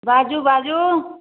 बाजू बाजू